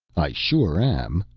i sure am,